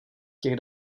těch